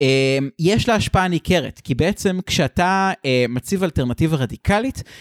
יש לה השפעה ניכרת, כי בעצם כשאתה מציב אלטרנטיבה רדיקלית...